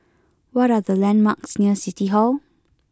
what are the landmarks near City Hall